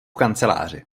kanceláři